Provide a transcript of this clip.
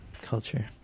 culture